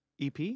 EP